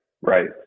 right